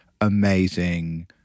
amazing